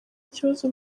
kibazo